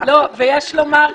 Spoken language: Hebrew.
ויש לומר,